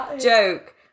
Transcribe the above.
joke